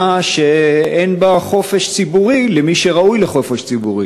שאין בה חופש ציבורי למי שראוי לחופש ציבורי.